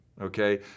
Okay